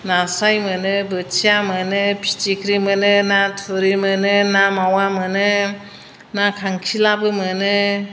नास्राय मोनो बोथिया मोनो फिथिख्रि मोनो ना थुरि मोनो ना मावा मोनो ना खांखिलाबो मोनो